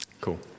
Cool